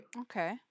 Okay